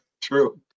true